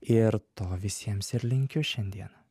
ir to visiems ir linkiu šiandieną